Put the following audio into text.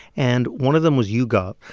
and one of them was yougov,